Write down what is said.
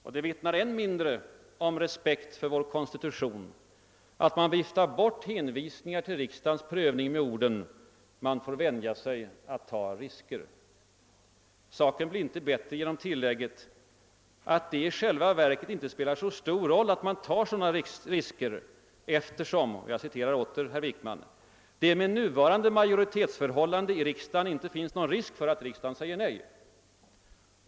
Och det vittnar än mindre om respekt för vår konstitution att man viftar bort hänvisningar till riksdagens prövning med orden: »Man får vänja sig vid att ta risker.» Saken blir inte bättre genom tillägget att det i själva verket inte spelar så stor roll att man tar sådana risker, eftersom — jag citerar åter herr Wickman — »det med nuvarande majoritetsförhållande i riksdagen inte finns någon risk för att riksdagen säger nej».